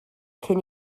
cyn